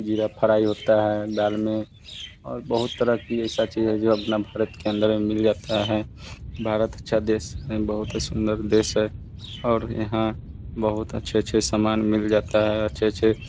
ज़ीरा फ्राई होता है दाल में और बहुत तरह की ऐसी चीज़ है जो अपने भारत के अंदर में मिल जाती है भारत अच्छा देश बहुत ही सुंदर देश है और यहाँ बहुत अच्छे अच्छे सामान मिल जाते हैं बहुत अच्छे अच्छे